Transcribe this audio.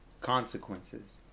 consequences